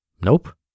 Nope